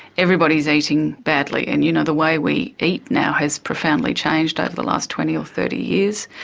everybody is eating badly, and you know the way we eat now has profoundly changed over the last twenty or thirty years.